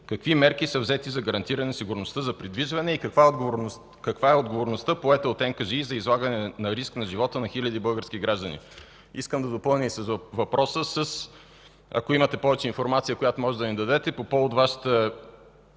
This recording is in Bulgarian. Какви мерки са взети за гарантиране сигурността на придвижването и каква е отговорността, поета от НКЖИ за излагане на риск на живота на хиляди български граждани? Искам да допълня въпроса със: ако имате повече информация, която можете да ни дадете по повод Вашата